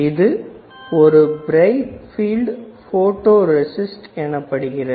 இது ஒரு bright field photoresist எனப்படுகிறது